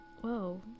Whoa